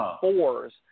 fours